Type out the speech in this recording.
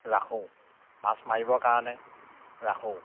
ৰাখোঁ মাছ মাৰিবৰ কাৰণে ৰাখোঁ